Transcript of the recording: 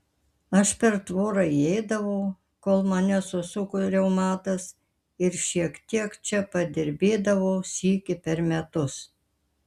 aš per tvorą įeidavau kol mane susuko reumatas ir šiek tiek čia padirbėdavau sykį per metus